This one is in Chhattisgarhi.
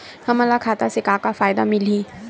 हमन ला खाता से का का फ़ायदा मिलही?